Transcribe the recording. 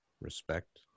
Respect